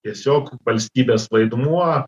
tiesiog valstybės vaidmuo